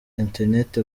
internet